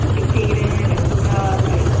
i dated. i hooked up. i,